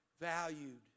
valued